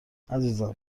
عزیزم